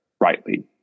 rightly